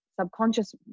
subconscious